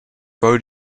road